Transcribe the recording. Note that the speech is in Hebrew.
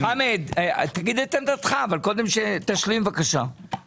תשלים בבקשה.